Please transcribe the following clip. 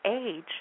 age